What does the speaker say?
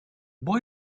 boy